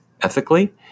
ethically